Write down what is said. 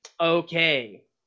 Okay